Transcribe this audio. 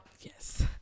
yes